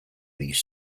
these